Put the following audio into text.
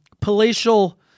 palatial